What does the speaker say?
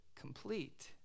complete